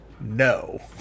No